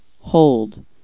Hold